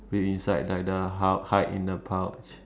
be inside like the hide hide in the pouch